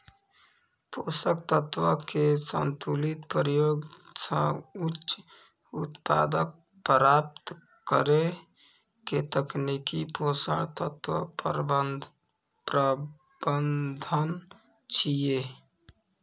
पोषक तत्व के संतुलित प्रयोग सं उच्च उत्पादकता प्राप्त करै के तकनीक पोषक तत्व प्रबंधन छियै